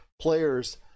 players